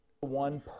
One